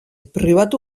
pribatu